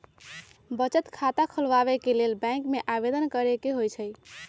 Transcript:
बचत खता खोलबाबे के लेल बैंक में आवेदन करेके होइ छइ